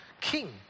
King